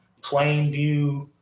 plainview